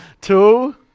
Two